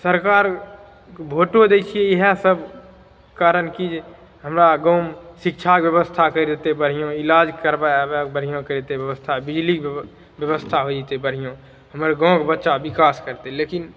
सरकारके भोटो दै छियै इएह सब कारण कि जे हमरा गाँवमे शिक्षाके बेबस्था करि देतै बढ़िआँ इलाज करबै आबै बढ़िआँ करि देतै बेबस्था बिजलीके बेबस्था होइ जेतै बढ़िआँ हमर गाँवके बच्चा बिकास करतै लेकिन